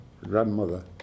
grandmother